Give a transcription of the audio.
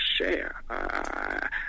share